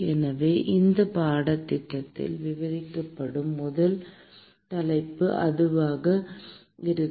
எனவே இந்த பாடத்திட்டத்தில் விவாதிக்கப்படும் முதல் தலைப்பு அதுவாக இருக்கும்